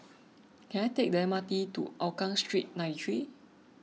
can I take the M R T to Hougang Street ninety three